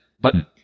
button